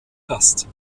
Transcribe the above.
gast